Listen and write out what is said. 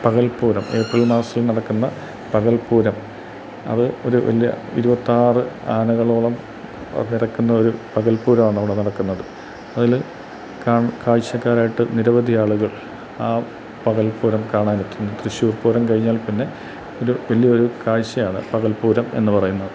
പകൽപ്പൂരം April മാസത്തിൽ നടക്കുന്ന പകൽപ്പൂരം അത് ഒരു വലിയ ഇരുപത്താറ് ആനകളോളം നെരക്കുന്നൊരു പകൽപ്പൂരമാണ് അവിടെ നടക്കുന്നത് അതിൽ കാൺ കാഴ്ചക്കാരായിട്ടു നിരവധി ആളുകൾ ആ പകൽപ്പൂരം കാണാൻ എത്തുന്നു തൃശ്ശൂർ പൂരം കഴിഞ്ഞാൽപ്പിന്നെ ഒരു വലിയൊരു കാഴ്ചയാണ് പകൽപ്പൂരം എന്നുപറയുന്നത്